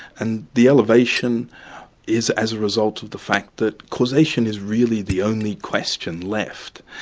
and the elevation is as a result of the fact that causation is really the only question left.